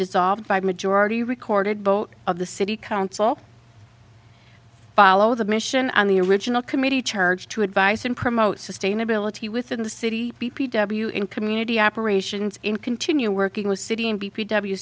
dissolved by majority recorded vote of the city council follow the mission on the original committee charged to advice and promote sustainability within the city in community operations in continue working with city and